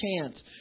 chance